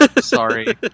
Sorry